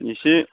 एसे